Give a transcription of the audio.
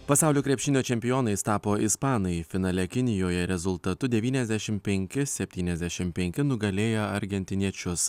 pasaulio krepšinio čempionais tapo ispanai finale kinijoje rezultatu devyniasdešimt penki septyniasdešimt penki nugalėję argentiniečius